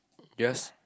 guess